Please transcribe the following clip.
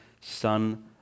son